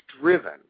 driven